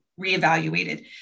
reevaluated